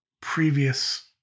previous